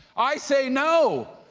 i say no.